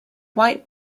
white